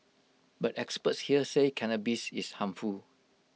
but experts here say cannabis is harmful